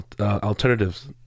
alternatives